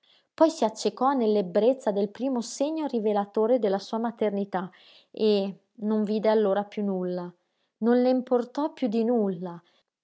poi si accecò nell'ebbrezza del primo segno rivelatore della sua maternità e non vide allora piú nulla non le importò piú di nulla